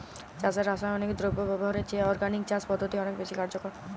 চাষে রাসায়নিক দ্রব্য ব্যবহারের চেয়ে অর্গানিক চাষ পদ্ধতি অনেক বেশি কার্যকর